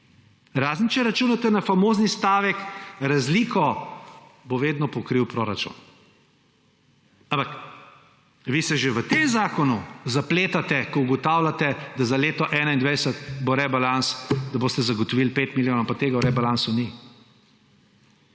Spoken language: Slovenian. razen če računate na famozni stavek – razliko bo vedno pokril proračun. Ampak vi se že v tem zakonu zapletate, ko ugotavljate, da za leto 2021 bo rebalans, da boste zagotovili 5 milijonov, pa tega v rebalansu ni.